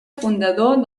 fundador